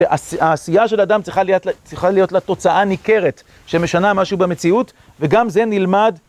העשייה של אדם צריכה להיות לה תוצאה ניכרת, שמשנה משהו במציאות, וגם זה נלמד.